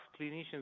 clinicians